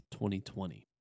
2020